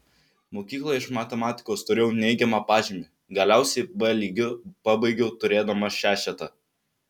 mokykloje iš matematikos turėjau neigiamą pažymį galiausiai b lygiu pabaigiau turėdamas šešetą